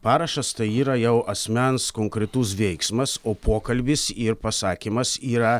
parašas tai yra jau asmens konkretus veiksmas o pokalbis ir pasakymas yra